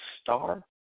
star